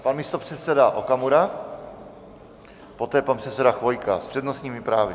Pan místopředseda Okamura, poté pan předseda Chvojka s přednostními právy.